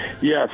Yes